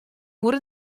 oere